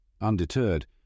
Undeterred